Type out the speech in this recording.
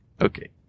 Okay